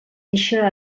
eixa